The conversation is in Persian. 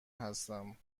هستم